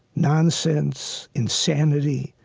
nonsense, insanity,